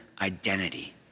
identity